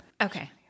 okay